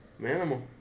manimal